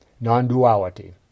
non-duality